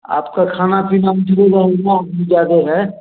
आपका खाना पीना उधर ही रहेगा ज्यादा है